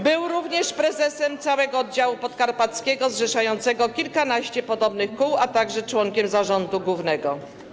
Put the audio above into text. Był również prezesem całego oddziału podkarpackiego zrzeszającego kilkanaście podobnych kół, a także członkiem zarządu głównego.